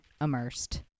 immersed